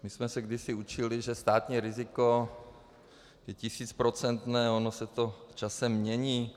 My jsme se kdysi učili, že státní riziko je 1000%, ono se to časem mění.